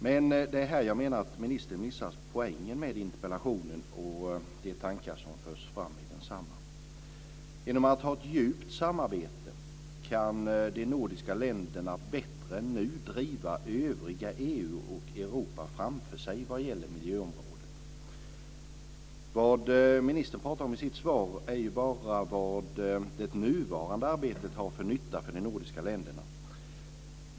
Men det är här jag menar att ministern missar poängen med interpellationen och de tankar som förs fram i densamma. Genom ett djupt samarbete kan de nordiska länderna bättre än nu driva övriga EU och Europa framför sig vad gäller miljöområdet. Vad ministern pratar om i sitt svar är ju bara vad det nuvarande arbetet har för nytta för de nordiska länderna.